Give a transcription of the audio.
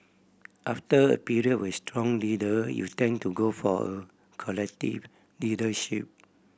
after a period with strong leader you tend to go for a collective leadership